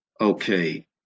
Okay